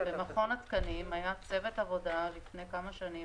במכון התקנים היה צוות עבודה מקצועי לפני כמה שנים,